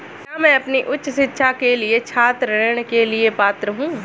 क्या मैं अपनी उच्च शिक्षा के लिए छात्र ऋण के लिए पात्र हूँ?